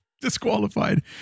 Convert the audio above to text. Disqualified